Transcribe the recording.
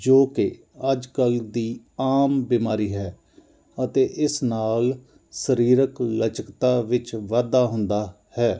ਜੋ ਕਿ ਅੱਜ ਕੱਲ੍ਹ ਦੀ ਆਮ ਬਿਮਾਰੀ ਹੈ ਅਤੇ ਇਸ ਨਾਲ ਸਰੀਰਕ ਲਚਕਤਾ ਵਿੱਚ ਵਾਧਾ ਹੁੰਦਾ ਹੈ